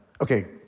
Okay